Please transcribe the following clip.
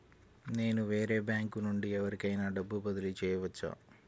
నేను వేరే బ్యాంకు నుండి ఎవరికైనా డబ్బు బదిలీ చేయవచ్చా?